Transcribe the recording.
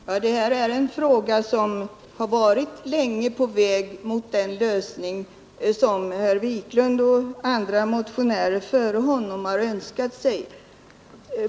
Fru talman! Detta är en fråga som länge har varit på väg mot den lösning som herr Wiklund i Stockholm och andra motionärer före honom har önskat sig.